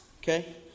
Okay